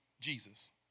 Jesus